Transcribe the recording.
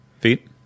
feet